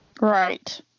Right